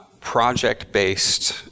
project-based